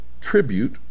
tribute